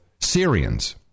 Syrians